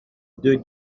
deux